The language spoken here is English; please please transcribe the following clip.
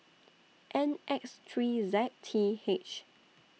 N X three Z T H